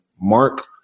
Mark